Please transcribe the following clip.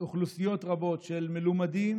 אוכלוסיות רבות של מלומדים